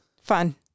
Fun